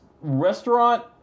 restaurant